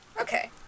Okay